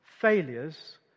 failures